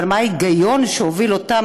אבל מה ההיגיון שהוביל אותם,